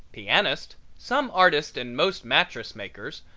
pianists, some artists and most mattress makers,